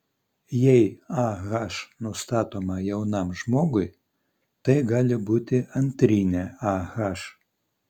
jei ah nustatoma jaunam žmogui tai gali būti antrinė ah